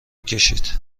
کشید